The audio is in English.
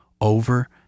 over